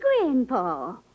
Grandpa